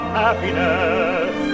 happiness